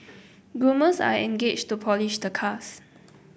groomers are engaged to polish the cars